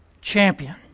champion